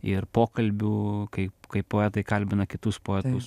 ir pokalbių kaip kai poetai kalbina kitus poetus